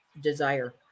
desire